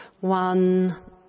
one